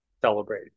Celebrate